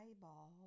Eyeball